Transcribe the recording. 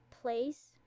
place